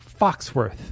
Foxworth